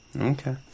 Okay